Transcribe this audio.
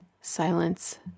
Silence